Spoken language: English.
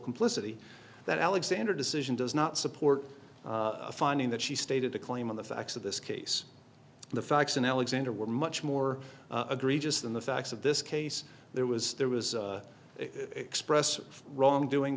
complicity that alexander decision does not support a finding that she stated a claim on the facts of this case the facts and alexander were much more agree just than the facts of this case there was there was expressed of wrongdoing